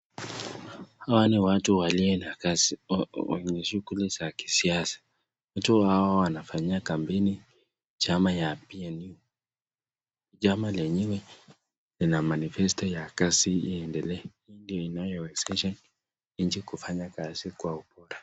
Hawa ni watu walio na kazi wenye shughuli za kisiasa, watu hawa wanafanyia kampeni chama ya PNU, chama lenyewe lina manifesto ya kazi iendelee, hi ndo inayo wezesha nchi kufanya kazi kwa ubora